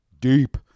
deep